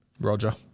Roger